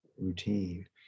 routine